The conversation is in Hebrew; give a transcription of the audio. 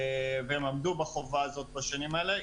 והן עמדו בחובה הזאת בשנים האלה.